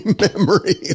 memory